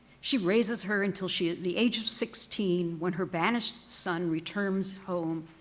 she raises her until she at the age of sixteen when her banished son returns home,